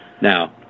Now